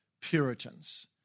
Puritans